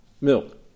milk